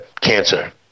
cancer